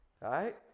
Right